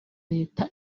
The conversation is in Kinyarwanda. leta